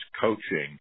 coaching